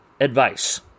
advice